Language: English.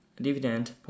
dividend